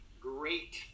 great